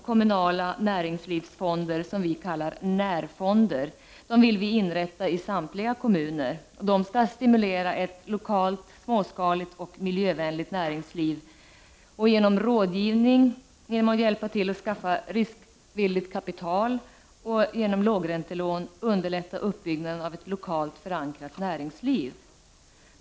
Kommunala näringslivsfonder, som vi kallar närfonder, vill vi inrätta i samtliga kommuner. De skall stimulera ett lokalt, småskaligt och miljövänligt näringsliv och genom rådgivning, genom att hjälpa till att skaffa riskvilligt kapital och genom lågräntelån underlätta uppbyggnaden av ett lokalt förankrat näringsliv.